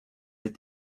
with